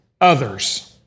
others